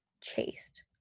chased